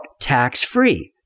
tax-free